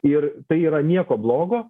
ir tai yra nieko blogo